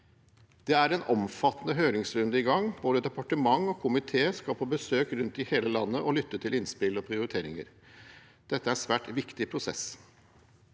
Det er en omfattende høringsrunde i gang, både departementet og komiteen skal på besøk rundt i hele landet og lytte til innspill og prioriteringer. Dette er en svært viktig prosess.